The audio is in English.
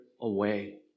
away